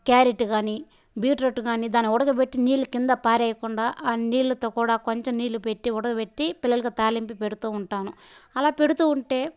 carrot కానీ beetroot కానీ దాన్ని ఉడకపెట్టి నీళ్ళు కింద పారేయకుండా ఆ నీళ్ళతో కూడా కొంచెం నీళ్ళు పెట్టి ఉడకపెట్టి పిల్లలకు తాలింపు పెడుతుంటాను అలా పెడుతూ ఉంటే